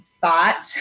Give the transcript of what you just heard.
thought